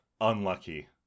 Unlucky